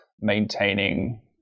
maintaining